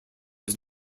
his